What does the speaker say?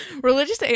religious